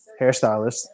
hairstylist